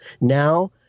Now